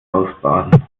ausbaden